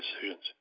decisions